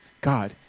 God